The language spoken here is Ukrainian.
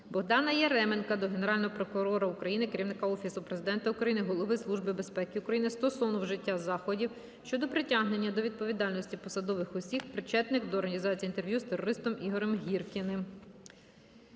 Богдана Яременка до Генерального прокурора України, Керівника Офісу Президента України, Голови Служби безпеки України стосовно вжиття заходів щодо притягнення до відповідальності посадових осіб, причетних до організації інтерв'ю з терористом Ігорем Гіркіним.